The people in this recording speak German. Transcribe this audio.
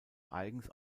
eigens